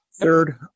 Third